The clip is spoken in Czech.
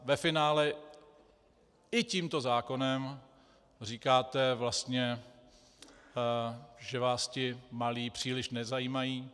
Ve finále i tímto zákonem říkáte vlastně, že vás ti malí příliš nezajímají.